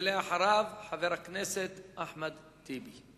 ואחריו, חבר הכנסת אחמד טיבי.